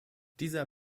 dieser